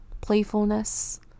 playfulness